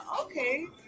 okay